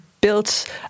Built